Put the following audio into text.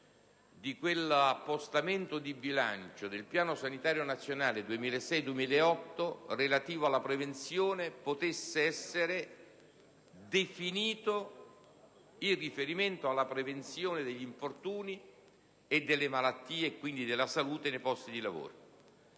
dell'appostazione di bilancio del piano sanitario nazionale 2006-2008 relativa alla prevenzione potesse essere definito in riferimento alla prevenzione degli infortuni e delle malattie, quindi della salute nei luoghi di lavoro.